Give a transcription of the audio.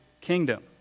kingdom